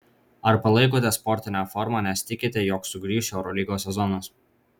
ar palaikote sportinę formą nes tikite jog sugrįš eurolygos sezonas